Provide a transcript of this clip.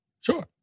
Sure